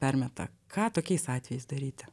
permeta ką tokiais atvejais daryti